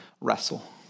wrestle